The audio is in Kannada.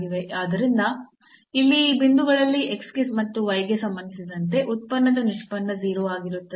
ಆದ್ದರಿಂದ ಇಲ್ಲಿ ಈ ಬಿಂದುಗಳಲ್ಲಿ x ಗೆ ಮತ್ತು y ಗೆ ಸಂಬಂಧಿಸಿದಂತೆ ಉತ್ಪನ್ನದ ನಿಷ್ಪನ್ನ 0 ಆಗಿರುತ್ತದೆ